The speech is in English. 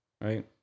Right